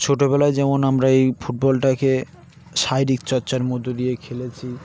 ছোটোবেলায় যেমন আমরা এই ফুটবলটাকে শারীরিক চর্চার মধ্য দিয়ে খেলেছি